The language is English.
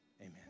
Amen